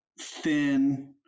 thin